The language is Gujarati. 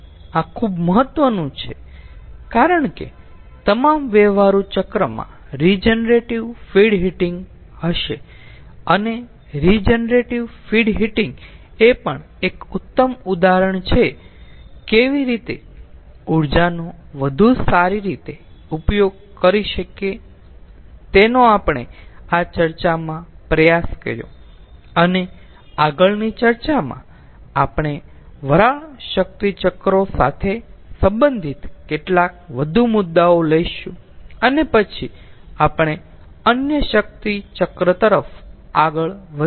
તેથી આ ખૂબ મહત્વનું છે કારણ કે તમામ વ્યવહારુ ચક્રમાં રીજનરેટીવ ફીડ હીટિંગ હશે અને રીજનરેટીવ ફીડ હીટિંગ એ પણ એક ઉત્તમ ઉદાહરણ છે કેવી રીતે ઊર્જાનો વધુ સારી રીતે ઉપયોગ કરી શકીએ તેનો આપણે આ ચર્ચામાં પ્રયાસ કર્યો અને આગળની ચર્ચામાં આપણે વરાળ શક્તિ મથકો સંબંધિત કેટલાક વધુ મુદ્દાઓ લઈશું અને પછી આપણે અન્ય શક્તિ ચક્ર તરફ આગળ વધીશું